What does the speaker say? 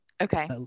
Okay